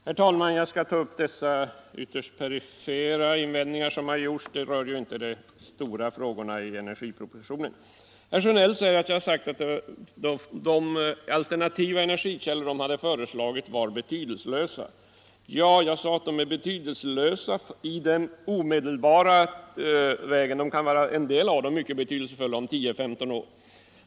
Herr talman! Jag skall ta upp de ytterst perifera invändningar som har gjorts. De rör ju inte de stora frågorna i energipropositionen. Herr Sjönell säger att jag har sagt att de alternativa energikällor som han föreslagit var betydelselösa. Jag sade att de är betydelselösa i den omedelbara situationen — en del av dem kan vara mycket betydelsefulla om 10-15 år.